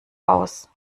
raus